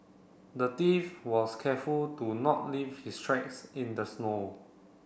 the thief was careful to not leave his tracks in the snow